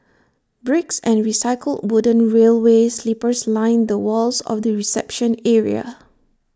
bricks and recycled wooden railway sleepers line the walls of the reception area